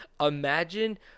Imagine